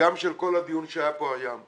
גם של כל הדיון שהיה כאן היום.